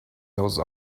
those